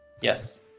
Yes